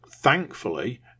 Thankfully